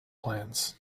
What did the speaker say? plans